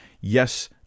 Yes